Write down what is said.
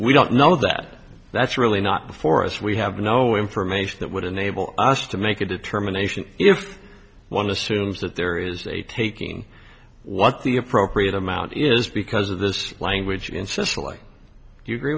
we don't know that that's really not before us we have no information that would enable us to make a determination if one assumes that there is a taking what the appropriate amount is because of this language in sicily do you agree